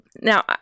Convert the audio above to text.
Now